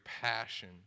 passion